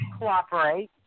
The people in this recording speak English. cooperate